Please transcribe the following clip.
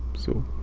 so